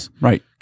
Right